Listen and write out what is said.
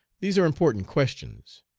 these are important questions.